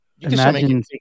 imagine